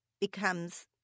becomes